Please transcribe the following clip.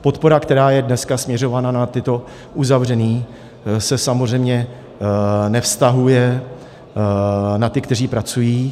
Podpora, která je dneska směřována na tato uzavření, se samozřejmě nevztahuje na ty, kteří pracují.